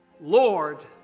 Lord